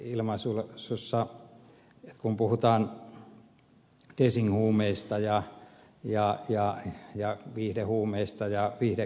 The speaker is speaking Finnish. lauslahdenkin ilmaisussa kun puhutaan design huumeista ja viihdehuumeista ja viihdekäytöstä